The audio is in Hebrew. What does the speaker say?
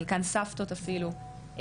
חלקן סבתות אפילו,